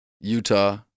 Utah